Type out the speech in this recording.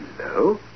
Hello